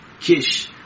Kish